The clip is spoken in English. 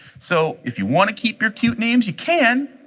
so if you want to keep your cute names you can,